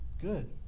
Good